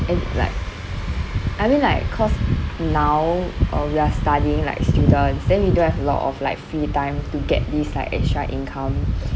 and like I mean like cause now uh we are studying like students then we don't have a lot of like free time to get this like extra income